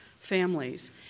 families